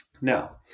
now